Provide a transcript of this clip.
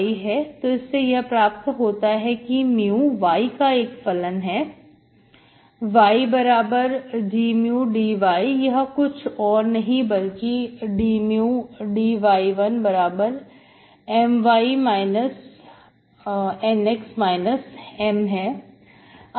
तो इसे हमें यह प्राप्त होता है कि mu y का फलन है ydμdy यह कुछ और नहीं बल्कि dμdy1My Nx M है